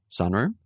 sunroom